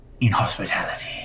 inhospitality